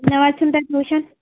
ఎంతవరకు ఉంటాయి ట్యూషన్స్